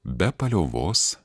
be paliovos